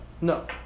no